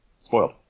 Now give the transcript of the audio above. spoiled